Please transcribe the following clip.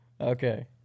Okay